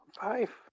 five